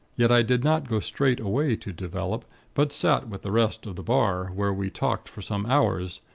yet, i did not go straight away to develop but sat with the rest of the bar, where we talked for some hours,